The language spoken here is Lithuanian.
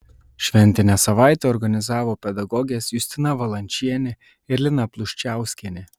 šventinę savaitę organizavo pedagogės justina valančienė ir lina pluščiauskienė